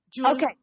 Okay